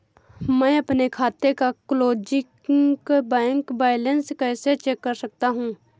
मैं अपने खाते का क्लोजिंग बैंक बैलेंस कैसे चेक कर सकता हूँ?